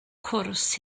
cwrs